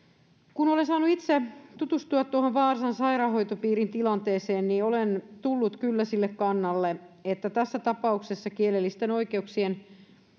kun olen saanut itse tutustua tuohon vaasan sairaanhoitopiirin tilanteeseen niin olen tullut kyllä sille kannalle että tässä tapauksessa kielellisten oikeuksien